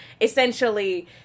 essentially